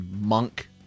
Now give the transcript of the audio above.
monk